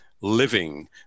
living